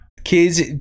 kids